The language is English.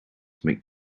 make